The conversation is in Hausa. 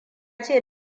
ce